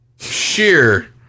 sheer